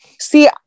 see